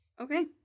Okay